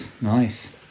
Nice